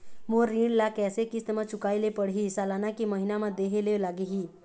मोर ऋण ला कैसे किस्त म चुकाए ले पढ़िही, सालाना की महीना मा देहे ले लागही?